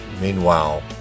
Meanwhile